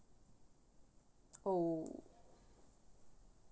oh